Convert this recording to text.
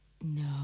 No